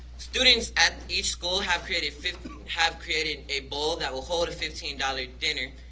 students at each school have created have created a bowl that will hold a fifteen dollars dinner,